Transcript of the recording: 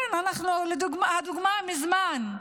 כן, אנחנו דוגמה מזמן.